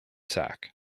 sack